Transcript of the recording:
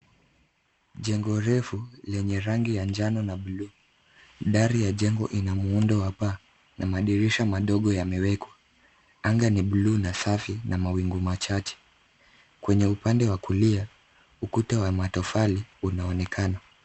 Jengo refu lenye rangi ya njano na blue . Dari ya jengo Ina muundo wa paa na madirisha madogo yamewekwa. Anga ni blue na safi na mawingu machache. Kwenye upande wa kulia, ukuta wa matofali unaonekana.